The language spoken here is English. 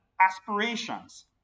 aspirations